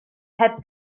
heb